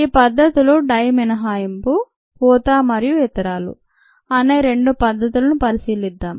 ఈ పద్ధతులు డై మినహాయింపు పూత మరియు ఇతరాలు అనే రెండు పద్ధతులను పరిశీలిద్దాం